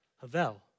Havel